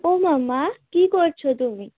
ও মা মা কী করছ তুমি